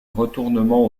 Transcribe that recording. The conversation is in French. retournement